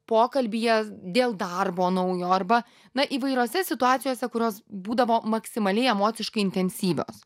pokalbyje dėl darbo naujo arba na įvairiose situacijose kurios būdavo maksimaliai emociškai intensyvios